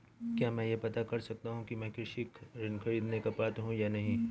क्या मैं यह पता कर सकता हूँ कि मैं कृषि ऋण ख़रीदने का पात्र हूँ या नहीं?